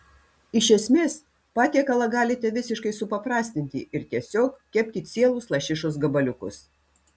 iš esmės patiekalą galite visiškai supaprastinti ir tiesiog kepti cielus lašišos gabaliukus